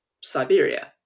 Siberia